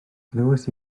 glywais